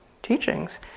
Teachings